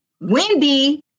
Wendy